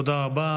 תודה רבה.